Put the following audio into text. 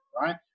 right